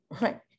right